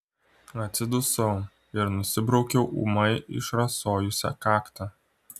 atsidusau ir nusibraukiau ūmai išrasojusią kaktą